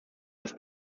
des